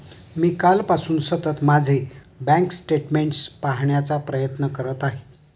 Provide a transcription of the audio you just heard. मी कालपासून सतत माझे बँक स्टेटमेंट्स पाहण्याचा प्रयत्न करत आहे